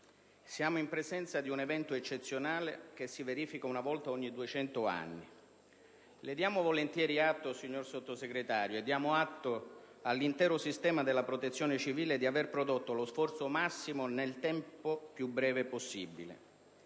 Siamo in presenza di un evento eccezionale, che si verifica una volta ogni 200 anni. Le diamo volentieri atto, signor Sottosegretario, e diamo atto all'intero sistema della Protezione civile, di avere prodotto lo sforzo massimo nel tempo più breve possibile.